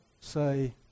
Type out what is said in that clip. say